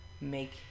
make